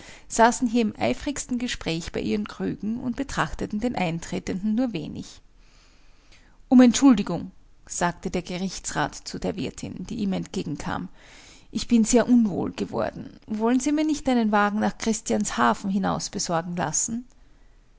saßen hier im eifrigsten gespräch bei ihren krügen und betrachteten den eintretenden nur wenig um entschuldigung sagte der gerichtsrat zu der wirtin die ihm entgegenkam ich bin sehr unwohl geworden wollen sie mir nicht einen wagen nach christianshafen hinaus besorgen lassen